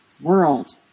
world